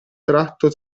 tratto